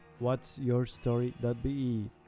whatsyourstory.be